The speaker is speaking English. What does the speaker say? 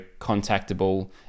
contactable